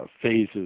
phases